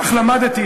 כך למדתי.